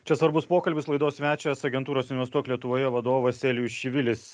čia svarbus pokalbis laidos svečias agentūros investuok lietuvoje vadovas elijus čivilis